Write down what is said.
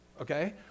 okay